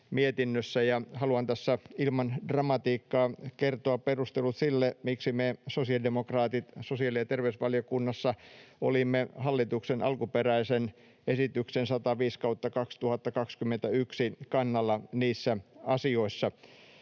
haluan tässä ilman dramatiikkaa kertoa perustelut sille, miksi me sosiaalidemokraatit sosiaali- ja terveysvaliokunnassa olimme hallituksen alkuperäisen esityksen 105/2021 kannalla niissä asioissa.